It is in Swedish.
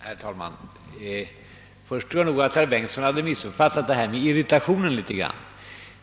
Herr talman! Först tror jag nog att herr Bengtson något missuppfattat det där med irritationen.